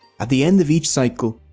at the end of each cycle,